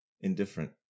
indifferent